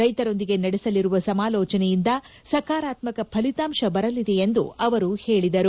ರೈತರೊಂದಿಗೆ ನಡೆಸಲಿರುವ ಸಮಾಲೋಚನೆಯಿಂದ ಸಕಾರಾತ್ಮಕ ಫಲಿತಾಂಶ ಬರಲಿದೆ ಎಂದು ಅವರು ಹೇಳಿದರು